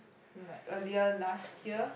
like earlier last year